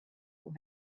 will